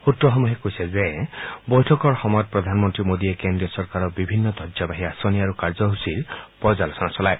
সূত্ৰসমূহে কৈছে যে বৈঠকৰ সময়ত প্ৰধানমন্ত্ৰী মোডীয়ে কেড্ৰীয় চৰকাৰৰ বিভিন্ন ধবজাবাহী আঁচনি আৰু কাৰ্যসূচীৰ পৰ্যালোচনা চলায়